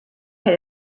had